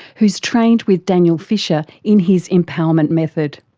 who's trained with daniel fisher in his empowerment method.